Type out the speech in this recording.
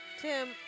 Tim